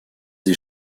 des